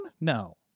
no